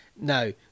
No